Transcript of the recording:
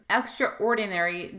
extraordinary